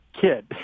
kid